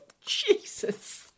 Jesus